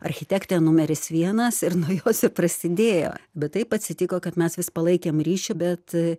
architektė numeris vienas ir nuo jos ir prasidėjo bet taip atsitiko kad mes vis palaikėm ryšį bet